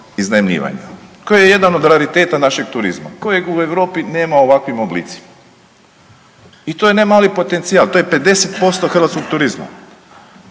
iznajmljivanja koji je jedan od rariteta našeg turizma kojeg u Europi nema u ovakvim oblicima. I to je nemali potencijal, to je 50% hrvatskog turizma.